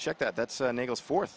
check that that's an eagles for